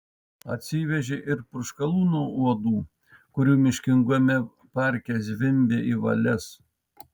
atsivežė ir purškalų nuo uodų kurių miškingame parke zvimbė į valias